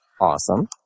Awesome